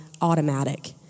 automatic